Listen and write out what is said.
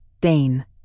Dane